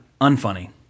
unfunny